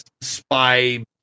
spy